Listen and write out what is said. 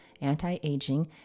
anti-aging